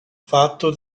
fatto